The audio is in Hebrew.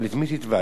אבל את מי תתבע?